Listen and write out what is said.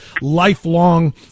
lifelong